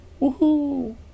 woohoo